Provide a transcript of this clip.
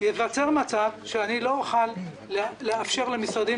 ייווצר מצב שאני לא אוכל לאפשר למשרדים